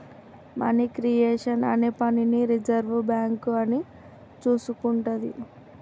money creation అనే పనిని reserve bank అని చూసుకుంటాది